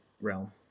realm